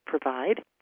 provide